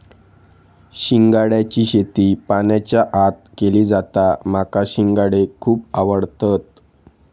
शिंगाड्याची शेती पाण्याच्या आत केली जाता माका शिंगाडे खुप आवडतत